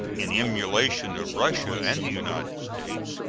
in emulation of russia and the united states,